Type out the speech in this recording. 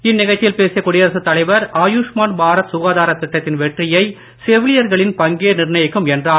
இந்நிகழ்ச்சியில் பேசிய குடியரசுத் தலைவர் ஆயுஷ்மான் பாரத் சுகாதாரத் திட்டத்தின் வெற்றியை செவிலியர்களின் பங்கே நிர்ணயிக்கும் என்றார்